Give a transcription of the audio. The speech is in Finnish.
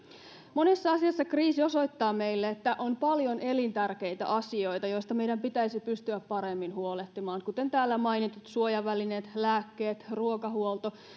monessa asiassa kriisi osoittaa meille että on paljon elintärkeitä asioita joista meidän pitäisi pystyä paremmin huolehtimaan kuten täällä mainitut suojavälineet lääkkeet ruokahuolto